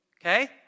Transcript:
Okay